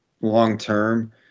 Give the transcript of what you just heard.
long-term